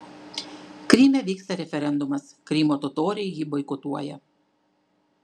kryme vyksta referendumas krymo totoriai jį boikotuoja